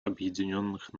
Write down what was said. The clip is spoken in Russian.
объединенных